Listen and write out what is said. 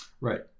Right